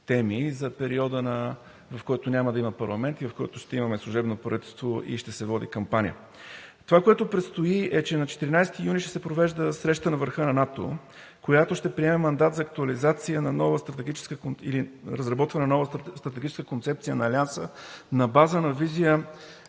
теми за периода, в който няма да има парламент и в който ще имаме служебно правителство, и ще се води кампания. Това, което предстои, е, че на 14 юли ще се провежда среща на върха на НАТО, която ще приема мандат за разработване на нова стратегическа концепция на Алианса, на база на визия